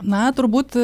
na turbūt